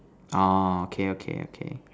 orh okay okay okay